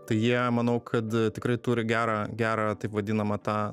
tai jie manau kad tikrai turi gerą gerą taip vadinamą tą